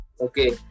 Okay